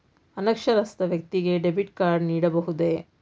ಅನಕ್ಷರಸ್ಥ ವ್ಯಕ್ತಿಗೆ debit card ನೀಡಬಹುದೇ?